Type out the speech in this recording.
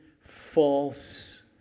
false